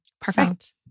Perfect